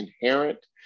inherent